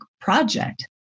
project